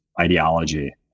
ideology